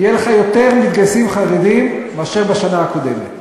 יהיו לך יותר מתגייסים חרדים מאשר בשנה הקודמת.